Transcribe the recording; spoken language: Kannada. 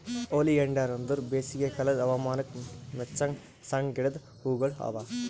ಒಲಿಯಾಂಡರ್ ಅಂದುರ್ ಬೇಸಿಗೆ ಕಾಲದ್ ಹವಾಮಾನಕ್ ಮೆಚ್ಚಂಗ್ ಸಣ್ಣ ಗಿಡದ್ ಹೂಗೊಳ್ ಅವಾ